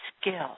skill